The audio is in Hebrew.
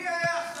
מי היה אחראי?